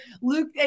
Luke